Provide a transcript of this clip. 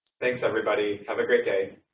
thanks everybody. have a great day.